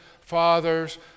fathers